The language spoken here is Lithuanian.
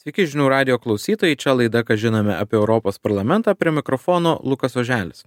sveiki žinių radijo klausytojai čia laida ką žinome apie europos parlamentą prie mikrofono lukas oželis